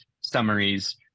summaries